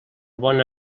bona